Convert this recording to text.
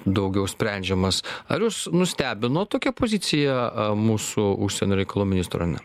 daugiau sprendžiamas ar jus nustebino tokia pozicija mūsų užsienio reikalų ministro ar ne